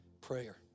prayer